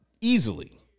easily